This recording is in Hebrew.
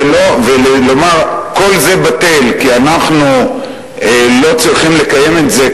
ולומר שכל זה בטל כי אנחנו לא צריכים לקיים את זה,